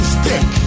stick